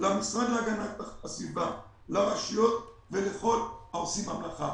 למשרד להגנת הסביבה, לרשויות ולכל העוסקים במלאכה.